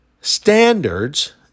standards